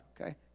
okay